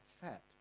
fat